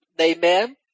amen